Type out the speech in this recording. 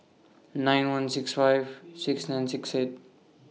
nine one six five six nine six eight